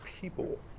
people